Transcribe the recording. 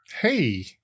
Hey